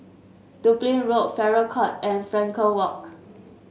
Dublin Road Farrer Court and Frankel Walk